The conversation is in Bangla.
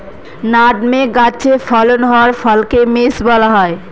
নাটমেগ গাছে ফলন হওয়া ফলকে মেস বলা হয়